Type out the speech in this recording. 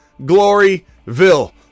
Gloryville